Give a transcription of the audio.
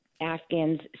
Afghans